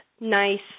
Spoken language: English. nice